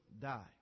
die